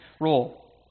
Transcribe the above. role